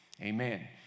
amen